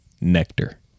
nectar